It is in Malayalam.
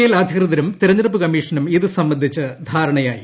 എൽ അധികൃതരും തെരഞ്ഞെടുപ്പ് കമ്മീഷനും ഇത് സംബന്ധിച്ച് ധാരണയായി